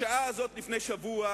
בשעה הזאת לפני שבוע